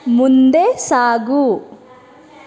ಮುಂದೆ ಸಾಗು